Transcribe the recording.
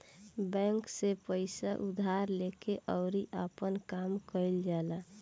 bank से पइसा उधार लेके अउरी आपन काम कईल जाला